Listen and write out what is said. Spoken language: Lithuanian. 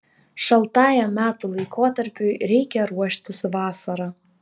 šaltajam metų laikotarpiui reikia ruoštis vasarą